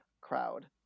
crowd